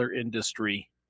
industry